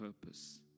purpose